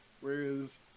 Whereas